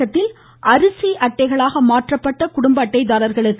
தமிழகத்தில் அரிசி அட்டைகளாக மாற்றப்பட்ட குடும்ப அட்டைதாரர்களுக்கு